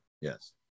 Yes